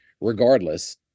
Regardless